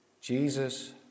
Jesus